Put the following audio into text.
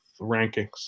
rankings